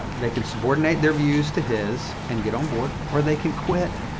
they can subordinate their views to his and get onboard, or they can quit.